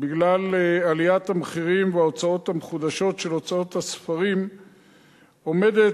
בגלל עליית המחירים וההוצאות המחודשות של הוצאות הספרים עומדת,